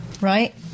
right